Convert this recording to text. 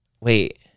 Wait